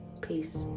Peace